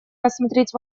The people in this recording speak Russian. рассмотреть